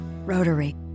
Rotary